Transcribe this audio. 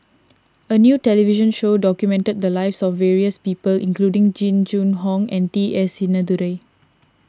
a new television show documented the lives of various people including Jing Jun Hong and T S Sinnathuray